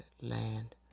Land